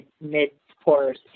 mid-course